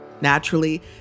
Naturally